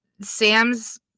Sam's